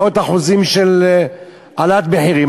מאות אחוזים של העלאת מחירים.